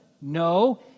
No